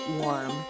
warm